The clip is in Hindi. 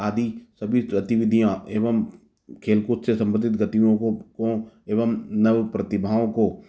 आदि सभी गतिविधियां एवं खेल कूद से सम्बंधित गतियों को एवं नव प्रतिभाओं को